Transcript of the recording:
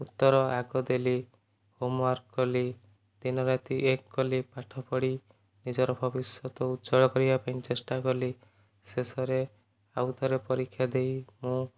ଉତ୍ତର ଆଗ ଦେଲି ହୋମ ୱାର୍କ କଲି ଦିନ ରାତି ଏକ କଲି ପାଠପଢି ନିଜର ଭବିଷ୍ୟତ ଉଜ୍ଜଳ କରିବା ପାଇଁ ଚେଷ୍ଟା କଲି ଶେଷରେ ଆଉ ଥରେ ପରୀକ୍ଷା ଦେଇ ମୁଁ